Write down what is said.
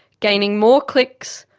gaining more clicks,